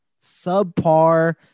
subpar